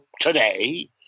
today